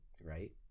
right